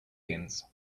ends